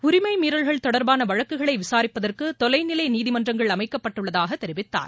உரிமை மீறல்கள் தொடர்பான வழக்குகளை விசாரிப்பதற்கு தொலை நிலை நீதிமன்றங்கள் அமைக்கப்பட்டுள்ளதாகத் தெரிவித்தார்